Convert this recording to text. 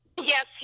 Yes